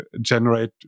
generate